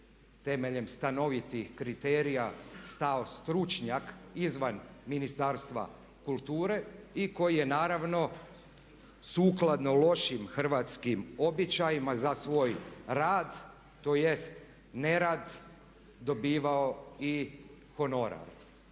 temeljem stanovitih kriterija stao stručnjak izvan Ministarstva kulture i koji je naravno sukladno lošim hrvatskim običajima za svoj rad, tj. nerad dobivao i honorar.